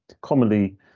commonly